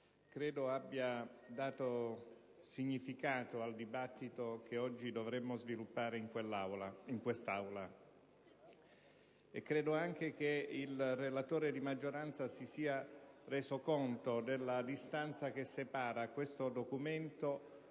abbia dato significato al dibattito che dovremmo oggi sviluppare in quest'Aula. Credo altresì che il relatore di maggioranza si sia reso conto della distanza che separa tale documento